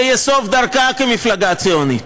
זה יהיה סוף דרכה כמפלגה ציונית.